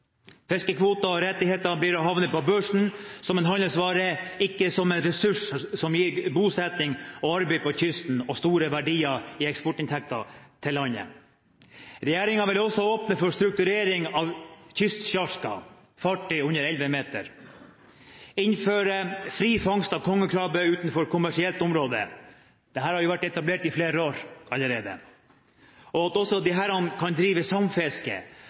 Fiskekvoter og -rettigheter vil havne på børsen som en handelsvare, ikke som en ressurs som gir bosetting og arbeid langs kysten og store verdier i eksportinntekter til landet. Regjeringen vil også åpne for strukturering av kystsjarker – fartøy under elleve meter – og innføre fri fangst av kongekrabbe utenfor kommersielt område. Dette har jo vært etablert i flere år allerede. Regjeringen vil også åpne for at disse kan drive samfiske,